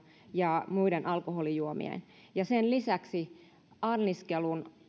ja muiden alkoholijuomien ulosmyynti tulee sallia ja sen lisäksi anniskelun